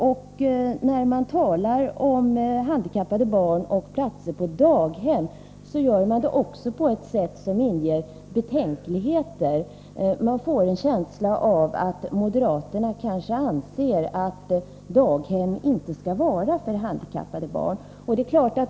När moderaterna talar om handikappade barn och platser på daghem gör de det på ett sätt som inger betänkligheter. Man får en känsla av att moderaterna anser att daghem inte skall vara till för handikappade barn.